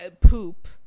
poop